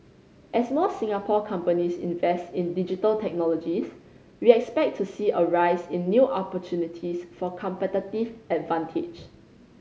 as more Singapore companies invest in Digital Technologies we expect to see a rise in new opportunities for competitive advantage